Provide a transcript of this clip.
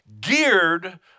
geared